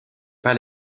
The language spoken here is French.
pas